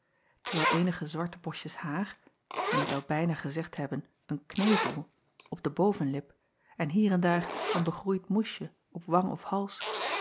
terwijl eenige zwarte bosjes haar men zou bijna gezegd hebben een knevel acob van ennep laasje evenster delen op den bovenlip en hier en daar een begroeid moesje op wang of hals